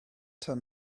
tan